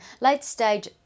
late-stage